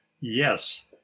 Yes